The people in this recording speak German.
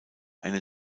einer